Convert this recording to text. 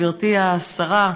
גברתי השרה,